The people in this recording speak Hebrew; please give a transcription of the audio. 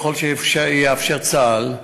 ככל שיאפשר צה"ל,